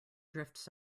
drifts